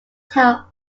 tower